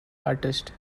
artist